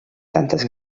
tantes